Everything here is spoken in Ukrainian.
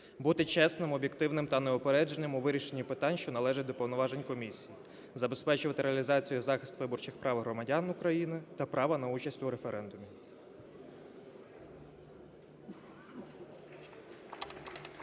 бути чесним, об'єктивним та неупередженим у вирішенні питань, що належать до повноважень комісії, забезпечувати реалізацію та захист виборчих прав громадян України та права на участь у референдумі.